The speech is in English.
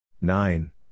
nine